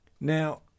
Now